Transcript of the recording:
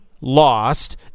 lost